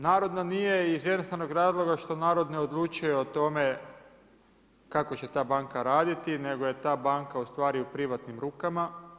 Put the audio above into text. Narodna nije iz jednostavnog razloga što narod ne odlučuje o tome kako će ta banka raditi nego je ta banka u privatnim rukama.